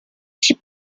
she